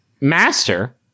master